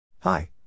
Hi